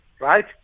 right